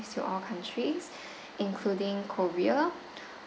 to all countries including korea